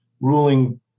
ruling